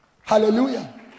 Hallelujah